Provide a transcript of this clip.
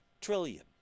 trillion